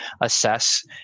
assess